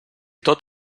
tot